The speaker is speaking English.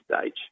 stage